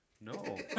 No